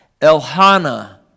Elhana